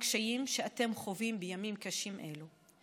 והקשיים שאתם חווים בימים קשים אלו,